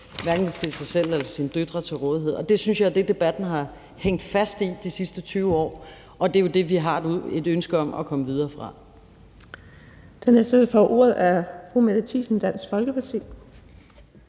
hverken vil stille sig selv eller sine døtre til rådighed for det. Det synes jeg er det, debatten har hængt fast i i de sidste 20 år, og det er jo det, vi har et ønske om at komme videre fra.